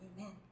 Amen